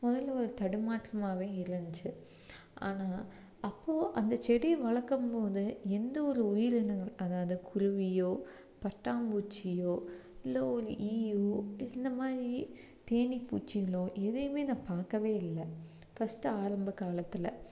முதல்ல ஒரு தடுமாற்றமாவே இருந்துச்சி ஆனால் அப்போது அந்த செடி வளர்க்கம் போது எந்த ஒரு உயிரினங்கள் அதாவது குருவியோ பட்டாம்பூச்சியோ இல்லை ஒரு ஈயோ இந்த மாதிரி தேனி பூச்சிங்களோ எதையுமே நான் பார்க்கவே இல்லை ஃபஸ்ட்டு ஆரம்ப காலத்தில்